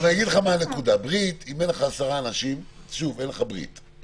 אם אין לך 10 אנשים אין לך ברית.